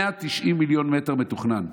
190 מיליון מטרים מתוכננים.